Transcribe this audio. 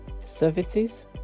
services